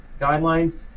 guidelines